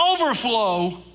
overflow